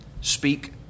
Speak